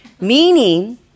meaning